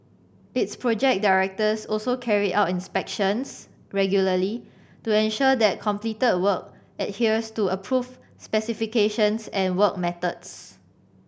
its project directors also carry out inspections regularly to ensure that completed work adheres to approved specifications and work methods